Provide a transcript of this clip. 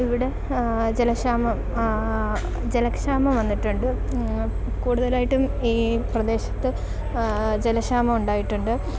ഇവിടെ ജലക്ഷാമം ജലക്ഷാമം വന്നിട്ടുണ്ട് കൂടുതലായിട്ടും ഈ പ്രദേശത്ത് ജലക്ഷാമം ഉണ്ടായിട്ടുണ്ട്